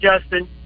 Justin